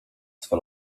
swe